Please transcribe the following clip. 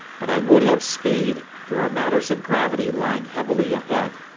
but i would have speed. there are matters of gravity lying heavily ahead.